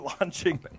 launching